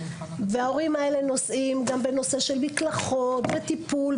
וההורים האלה נושאים גם בנושא של מקלחות וטיפול,